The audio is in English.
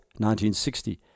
1960